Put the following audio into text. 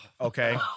Okay